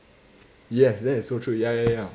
yes that is so true ya ya ya